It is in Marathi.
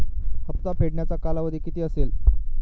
हप्ता फेडण्याचा कालावधी किती असेल?